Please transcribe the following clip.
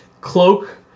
cloak